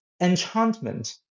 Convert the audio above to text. enchantment